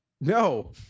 no